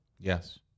yes